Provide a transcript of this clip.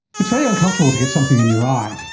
it's very uncomfortable to get something in your eye,